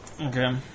Okay